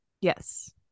yes